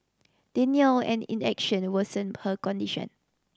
denial and inaction worsened her condition